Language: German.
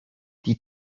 die